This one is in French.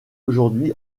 aujourd’hui